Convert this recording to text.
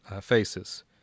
faces